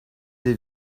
des